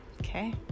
Okay